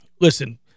listen